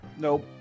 Nope